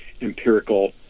empirical